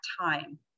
time